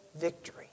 victory